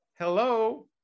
Hello